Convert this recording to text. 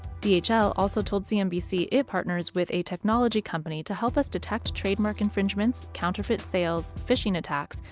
dhl also told cnbc it partners with, a technology company to help us detect trademark infringements, counterfeit sales, phishing attacks,